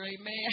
amen